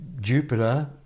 Jupiter